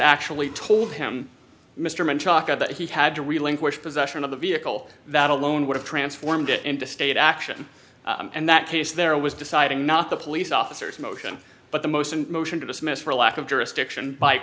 actually told him mr chalker that he had to relinquish possession of the vehicle that alone would have transformed it into state action and that case there was deciding not the police officers motion but the most a motion to dismiss for lack of jurisdiction by